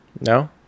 No